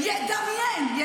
קארין, קארין.